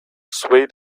swayed